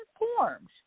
informed